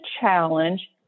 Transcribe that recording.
challenge